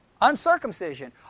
uncircumcision